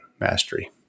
mastery